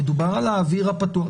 מדובר על האוויר הפתוח.